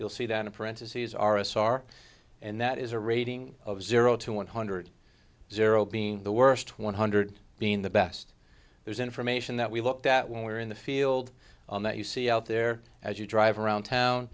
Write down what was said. you'll see that in parentheses are a sar and that is a rating of zero to one hundred zero being the worst one hundred being the best there's information that we looked at when we were in the field on that you see out there as you drive around town